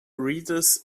readers